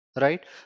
right